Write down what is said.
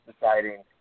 deciding